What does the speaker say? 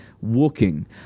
walking